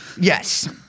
Yes